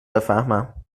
بفهمم